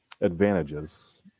advantages